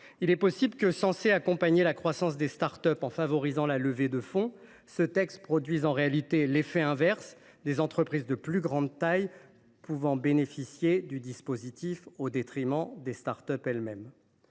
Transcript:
Il est possible que, censé faciliter la croissance des start up en favorisant les levées de fonds, ce texte produise en réalité l’effet inverse : des entreprises de plus grande taille pourraient bénéficier du dispositif au détriment des start up. Le